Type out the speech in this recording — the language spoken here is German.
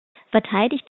verteidigt